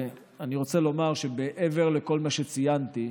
אני רוצה לומר שמעבר לכל מה שציינתי,